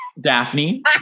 Daphne